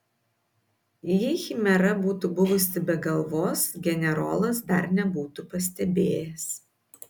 jei chimera būtų buvusi be galvos generolas dar nebūtų pastebėjęs